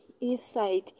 inside